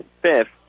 fifth